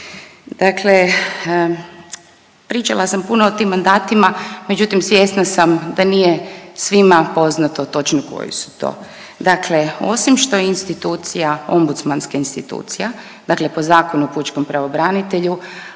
Dakle, pričala sam puno o tim mandatima, međutim svjesna sam da nije svima poznato točno koji su to. Dakle, osim što je institucija ombudsmanska institucija, dakle po Zakonu o pučkom pravobranitelju